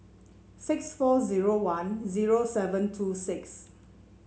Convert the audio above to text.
six four zero one zero seven two six